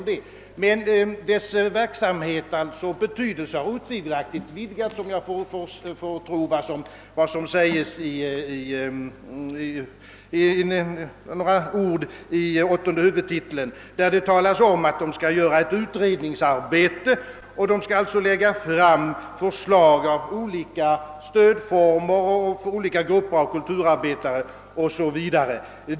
Dess verksamhet och betydelse har därigenom otvivelaktigt vidgats, om man får tro vad som sägs under åttonde huvudtiteln, där det talas om att rådet skall utföra utredningsarbete och läg ga fram förslag till olika stödformer för olika grupper av kulturarbetare 0. s. v.